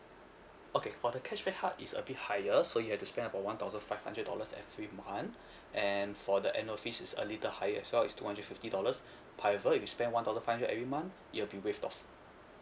okay for the cashback card is a bit higher so you have to spend about one thousand five hundred dollars every month and for the annual fees is a little higher as well is two hundred fifty dollars however you spend one thousand five hundred every month it will be waived off